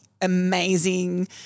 amazing